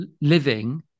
living